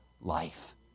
life